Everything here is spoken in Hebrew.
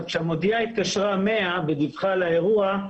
כשהמודיעה התקשרה 100 ודיווחה על האירוע,